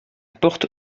porte